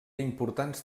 importants